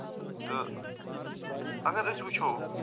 تہٕ اگر أسۍ وُچھو